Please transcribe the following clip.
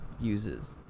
uses